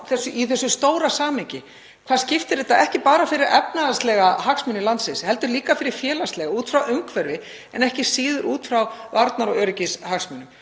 í þessu stóra samhengi; hvaða máli þetta skiptir, ekki bara fyrir efnahagslega hagsmuni landsins heldur líka félagslega og út frá umhverfi en ekki síður út frá varnar- og öryggishagsmunum.